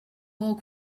more